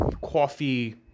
coffee